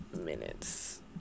minutes